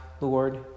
Lord